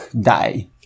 die